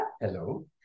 Hello